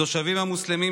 התושבים המוסלמים,